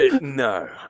no